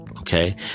Okay